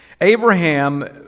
Abraham